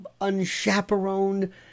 unchaperoned